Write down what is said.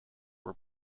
were